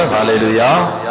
Hallelujah